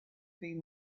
been